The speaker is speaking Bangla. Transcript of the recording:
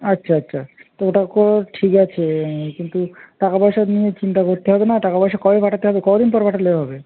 আচ্ছা আচ্ছা তো ওটা কর ঠিক আছে কিন্তু টাকা পয়সা নিয়ে চিন্তা করতে হবে না টাকা পয়সা কবে পাঠাতে হবে ক দিন পর পাঠালে হবে